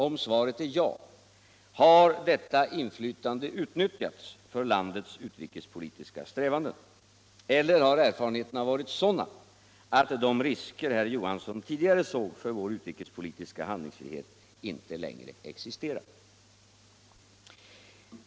Om svaret är ja: Har detta inflytande utnyttjats för landets utrikespolitiska strävanden? Eller har erfarenheterna varit sådana att de risker herr Johansson tidigare såg för vår utrikespolitiska handlingsfrihet inte längre existerar?